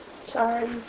Sorry